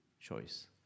choice